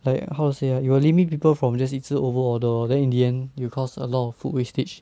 like how to say ah it will limit people from just 一直 over order lor then in the end will cause a lot of food wastage